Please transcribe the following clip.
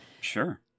Sure